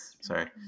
Sorry